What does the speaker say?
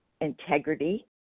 integrity